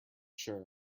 sure